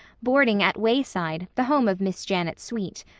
boarding at wayside, the home of miss janet sweet.